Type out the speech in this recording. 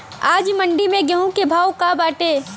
आज मंडी में गेहूँ के का भाव बाटे?